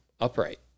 upright